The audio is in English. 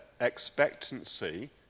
expectancy